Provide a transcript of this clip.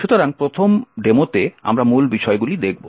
সুতরাং এই প্রথম ডেমোতে আমরা মূল বিষয়গুলি দেখব